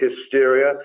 hysteria